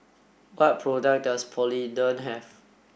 what products does Polident have